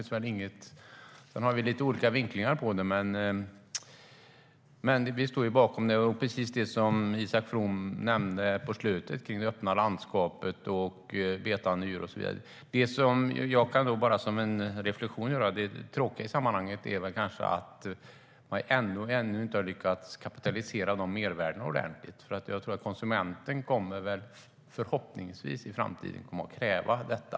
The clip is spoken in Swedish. Sedan har vi lite olika vinklingar på det, men vi står alltså bakom det - särskilt det som Isak From nämnde på slutet om det öppna landskapet, betande djur och så vidare. Jag kan bara göra en reflektion. Det tråkiga i sammanhanget är kanske att man ännu inte har lyckats kapitalisera dessa mervärden ordentligt. Jag tror att konsumenten förhoppningsvis i framtiden kommer att kräva detta.